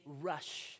rush